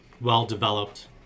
well-developed